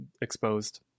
exposed